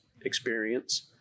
experience